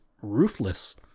ruthless